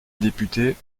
députée